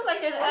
it's okay